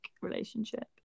relationship